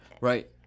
Right